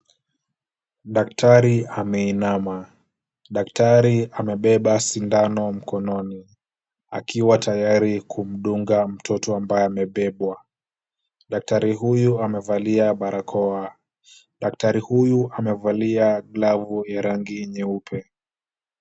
Daktari ameinama, daktari amebeba sindano mkononi, akiwa tayari kumdunga mtoto ambaye amebebwa. Daktari huyu amevalia barakoa, daktari huyu amevalia glavu ya rangi nyeupe.